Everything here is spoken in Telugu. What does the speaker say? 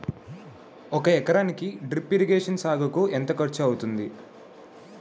ఒక ఎకరానికి డ్రిప్ ఇరిగేషన్ సాగుకు ఎంత ఖర్చు అవుతుంది?